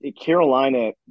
Carolina